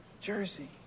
jersey